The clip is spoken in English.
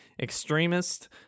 Extremist